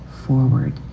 forward